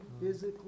physically